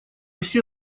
все